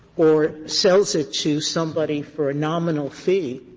or sells it to somebody for a nominal fee,